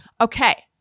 okay